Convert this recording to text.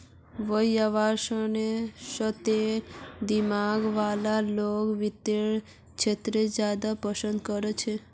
व्यवसायेर स्तरेर दिमाग वाला लोग वित्तेर क्षेत्रत ज्यादा पसन्द कर छेक